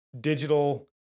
digital